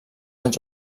als